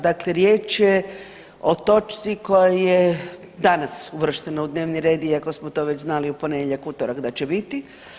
Dakle riječ je o točci koja je danas uvrštena u dnevni iako smo to već znali u ponedjeljak, utorak da će biti.